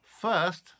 First